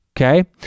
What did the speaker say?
Okay